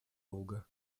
долга